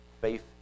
faith